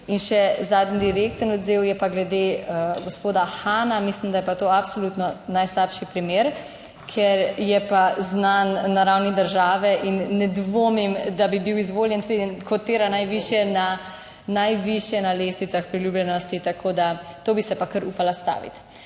In še zadnji direkten odziv je pa glede gospoda Hana, mislim, da je pa to absolutno najslabši primer, ker je pa znan na ravni države in ne dvomim, da bi bil izvoljen, kotira najvišje na najvišje na lestvicah priljubljenosti, tako da to bi se pa kar upala staviti.